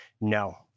no